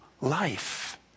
life